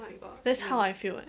that's how I feel eh